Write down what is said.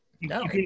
No